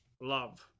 Love